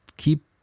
keep